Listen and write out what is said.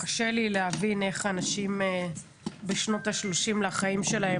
קשה לי להבין איך אנשים בשנות ה-30 לחיים שלהם,